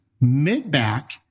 mid-back